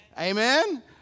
Amen